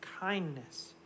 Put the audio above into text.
kindness